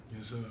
Yes